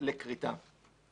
לכריתה.